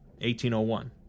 1801